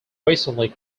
recently